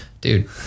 Dude